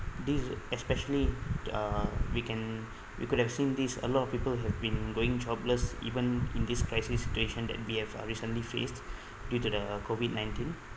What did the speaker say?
this is especially uh we can we could have seen this a lot of people have been going jobless even in this crisis situation that we have uh recently faced due to the COVID nineteen